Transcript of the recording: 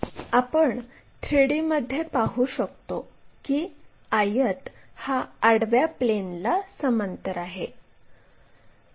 आपण 3D मध्ये पाहू शकतो की आयत हा आडव्या प्लेनला समांतर आहे